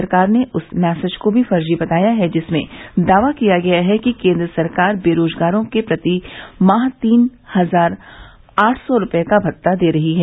सरकार ने उस मैसेज को भी फर्जी बताया है जिसमें दावा किया गया है कि केंद्र सरकार बेरोजगारों को प्रति माह तीन हजार आठ सौ रुपये का भत्ता दे रही है